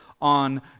On